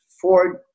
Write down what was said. Ford